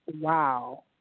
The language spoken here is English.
wow